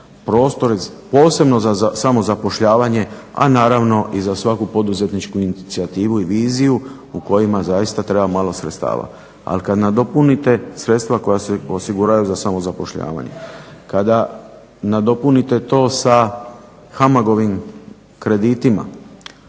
prostor posebno za samozapošljavanje, a naravno i za svaku poduzetničku inicijativu i viziju u kojima zaista treba malo sredstava. Ali kad nadopunite sredstva koja se osiguraju za samozapošljavanje, kada nadopunite to sa HAMAG-ovim kreditima